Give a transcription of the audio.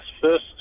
first